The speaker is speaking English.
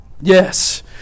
yes